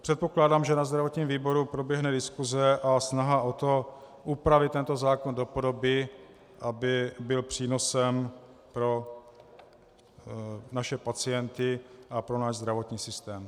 Předpokládám, že ve zdravotním výboru proběhne diskuse a snaha o to, upravit tento zákon do podoby, aby byl přínosem pro naše pacienty a pro náš zdravotní systém.